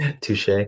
Touche